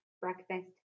Breakfast